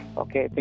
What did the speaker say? okay